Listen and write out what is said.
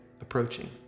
approaching